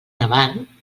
avant